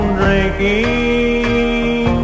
drinking